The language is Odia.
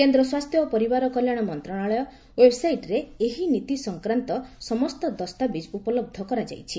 କେନ୍ଦ୍ର ସ୍ୱାସ୍ଥ୍ୟ ଓ ପରିବାର କଲ୍ୟାଣ ମନ୍ତ୍ରଣାଳୟ ଓ୍ପେବ୍ସାଇଟରେ ଏହି ନୀତି ସଂକ୍ରାନ୍ତ ସମସ୍ତ ଦସ୍ତାବିଜ ଉପଲବ୍ଧ କରାଯାଇଛି